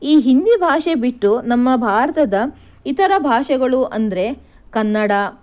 ಈ ಹಿಂದಿ ಭಾಷೆ ಬಿಟ್ಟು ನಮ್ಮ ಭಾರತದ ಇತರ ಭಾಷೆಗಳು ಅಂದರೆ ಕನ್ನಡ